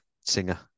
Singer